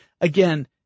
Again